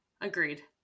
agreed